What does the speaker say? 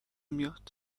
میاد